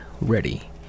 Ready